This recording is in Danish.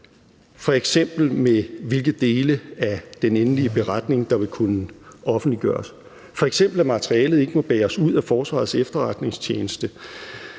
med hvilke dele af den endelige beretning der vil kunne offentliggøres, f.eks. at materialet ikke må bæres ud af Forsvarets Efterretningstjeneste,